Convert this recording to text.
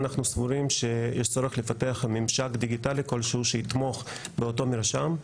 אנחנו סבורים שיש צורך לפתח ממשק דיגיטלי כלשהו שיתמוך באותו מרשם,